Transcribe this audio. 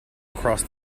across